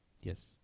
Yes